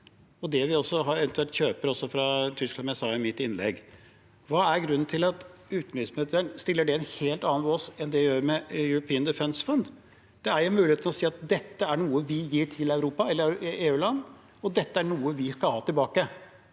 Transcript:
eventuelt kjøper fra Tyskland, som jeg sa i mitt innlegg. Hva er grunnen til at utenriksministeren setter det i en helt annen bås enn det hun gjør med European Defence Fund? Det er en mulighet til å si at dette er noe vi gir til Europa eller EU-land, og dette er noe vi skal ha tilbake.